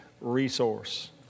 resource